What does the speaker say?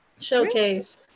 showcase